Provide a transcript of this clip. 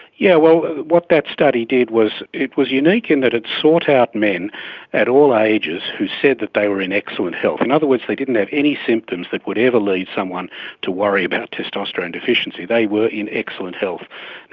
yeah what that study did was it was unique in that it sought out men at all ages who said that they were in excellent health. in other words, they didn't have any symptoms that would ever lead someone to worry about testosterone deficiency, they were in excellent health. and